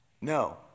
No